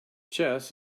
chess